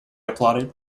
applauded